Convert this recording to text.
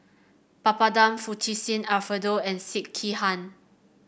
Papadum Fettuccine Alfredo and Sekihan